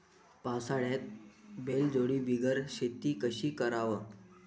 पावसाळ्यात बैलजोडी बिगर शेती कशी कराव?